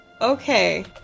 Okay